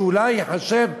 שאולי ייחשב כ-30%,